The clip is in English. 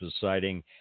deciding